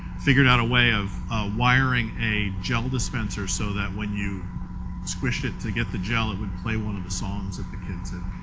figured out a way of wiring a gel dispenser so that when you squish it to get the gel it would play one of the songs of the kids. i